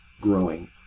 growing